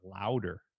louder